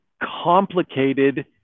complicated